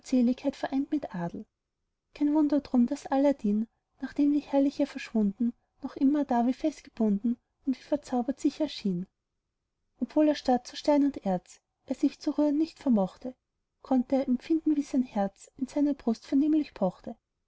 vereint mit adel kein wunder drum daß aladdin nachdem die herrliche verschwunden noch immerdar wie festgebunden und wie verzaubert sich erschien obwohl erstarrt zu stein und erz er sich zu rühren nicht vermochte konnt er empfinden wie sein herz in seiner brust vernehmlich pochte